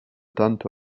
tanto